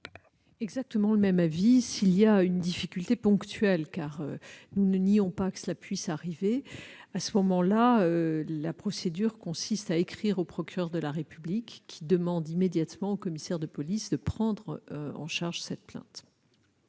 Gouvernement ? Même avis. Si une difficulté ponctuelle surgit- nous ne nions pas que cela puisse arriver -, la procédure consiste à écrire au procureur de la République, qui demande immédiatement au commissaire de police de prendre en charge cette plainte.